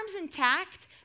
intact